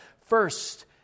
first